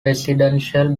residential